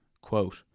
Quote